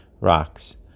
rocks